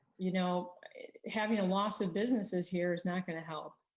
you know having a loss of businesses here is not gonna help.